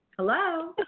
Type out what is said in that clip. Hello